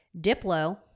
Diplo